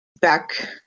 back